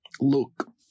look